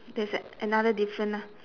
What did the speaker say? there's a~ another different ah